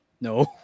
No